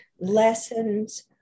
lessons